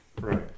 Right